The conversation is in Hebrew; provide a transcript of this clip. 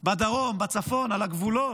בדרום, בצפון, על הגבולות.